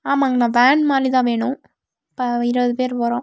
ஆமாங்கண்ணா வேன் மாதிரிதான் வேணும் இருபது பேர் போகிறோம்